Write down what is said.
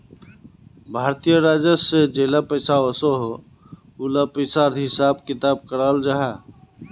भारतीय राजस्व से जेला पैसा ओसोह उला पिसार हिसाब किताब कराल जाहा